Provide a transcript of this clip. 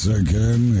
again